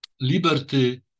liberty